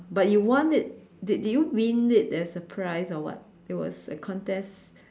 but you won it did did you win it as a prize or what it was a contest